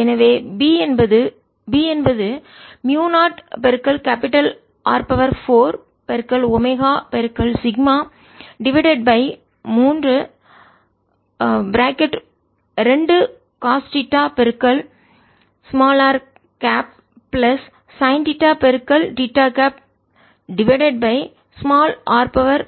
எனவே B என்பது B என்பது mu capital R 4 omega sigma divided by 3 2 cos theta r cap plus sine theta theta cap divided by r